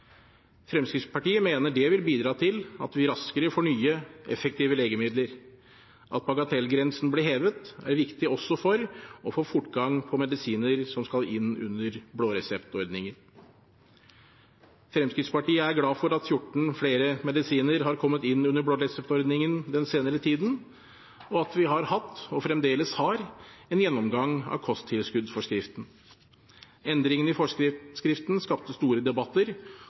Fremskrittspartiet mener det vil bidra til at vi raskere får nye, effektive legemidler. At bagatellgrensen ble hevet, er viktig også for å få fortgang på medisiner som skal inn under blåreseptordningen. Fremskrittspartiet er glad for at 14 flere medisiner har kommet inn under blåreseptordningen den senere tiden, og at vi har hatt og fremdeles har en gjennomgang av kosttilskuddforskriften. Endringene i forskriften skapte store debatter